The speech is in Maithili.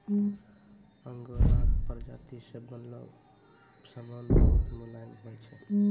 आंगोराक प्राजाती से बनलो समान बहुत मुलायम होय छै